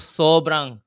sobrang